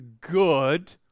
good